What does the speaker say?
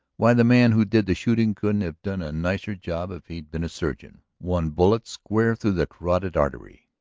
why, the man who did the shooting couldn't have done a nicer job if he'd been a surgeon. one bullet square through the carotid artery.